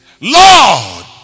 Lord